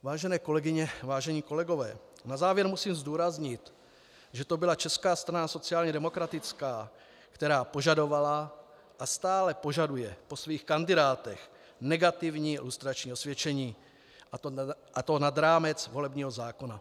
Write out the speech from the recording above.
Vážené kolegyně, vážení kolegové, na závěr musím zdůraznit, že to byla Česká strana sociálně demokratická, která požadovala a stále požaduje po svých kandidátech negativní lustrační osvědčení, a to nad rámec volebního zákona.